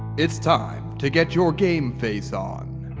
it's time to get your game face on